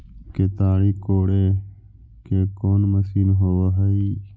केताड़ी कोड़े के कोन मशीन होब हइ?